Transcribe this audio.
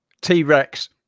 T-Rex